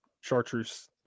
chartreuse